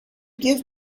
give